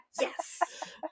yes